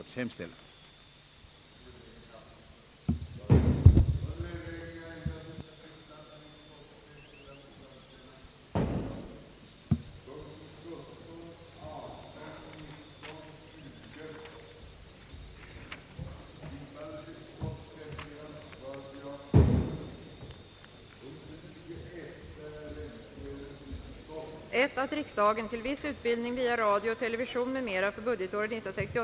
I. att i skrivelse till Kungl. Maj:t anhålla om en samlad översyn av hela vuxenutbildningsområdet genom en parlamentariskt sammansatt kommitté, vari även skulle ingå representanter för näringsliv och organisationsväsende, varvid särskild uppmärksamhet borde ägnas d) korrespondensundervisningens möjligheter att komplettera annan vuxenutbildning och samordnas med denna, 4) att privatistens examination skulle vara kostnadsfri samt begära, att Kungl. Maj:t utfärdade föreskrifter härom,